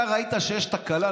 אתה ראית שיש תקלה,